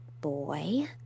boy